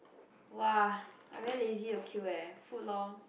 !wah! I very lazy to queue leh food loh